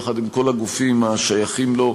יחד עם כל הגופים השייכים לו,